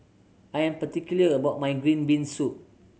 I am particular about my green bean soup